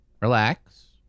Relax